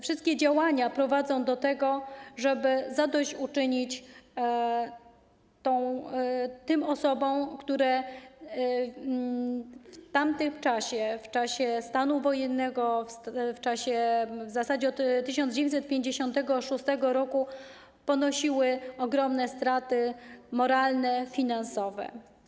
Wszystkie działania prowadzą do tego, żeby zadośćuczynić osobom, które w tamtym czasie, w czasie stanu wojennego, w zasadzie od 1956 r. ponosiły ogromne straty moralne, finansowe.